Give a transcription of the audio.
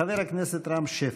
חבר הכנסת רם שפע.